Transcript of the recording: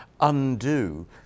undo